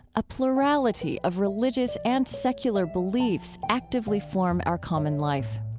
a plurality of religious and secular beliefs actively form our common life.